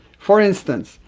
for instance,